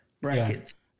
brackets